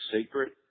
secret